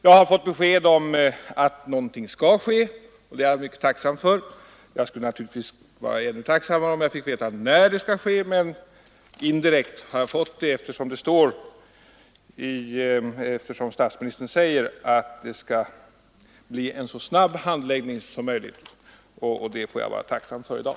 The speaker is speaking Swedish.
Jag har fått besked om att något verkligen skall göras. Det är jag mycket tacksam för. Jag skulle emellertid vara ännu tacksammare om jag fick veta när det skall ske. Indirekt har jag fått det, eftersom statsministern säger att det skall bli en så snabb handläggning som möjligt. Jag får i dag vara nöjd med detta svar.